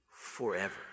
forever